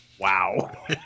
Wow